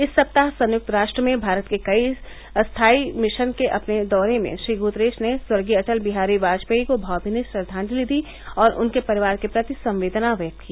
इस सप्ताह संयुक्त राष्ट्र में भारत के स्थाई मिशन के अपने दौरे में श्री गुतेरा ने स्वर्गीय अटल विहारी वापजेयी को भावभीनी श्रद्वांजलि दी और उनके परिवार के प्रति संवेदना व्यक्त की